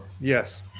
Yes